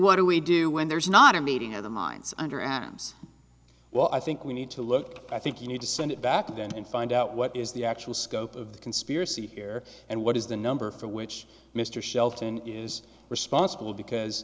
what do we do when there's not a meeting of the minds under ams well i think we need to look i think you need to send it back to them and find out what is the actual scope of the conspiracy here and what is the number for which mr shelton is responsible because